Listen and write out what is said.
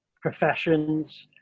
professions